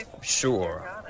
sure